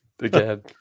Again